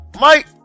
Mike